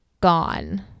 gone